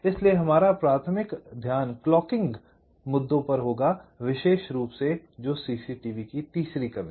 इसलिए हमारा प्राथमिक ध्यान क्लॉकिंग मुद्दों पर होगा विशेष रूप से CCTV की तीसरी कमी